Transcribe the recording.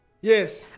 Yes